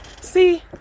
see